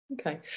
Okay